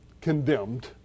condemned